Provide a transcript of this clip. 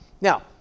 Now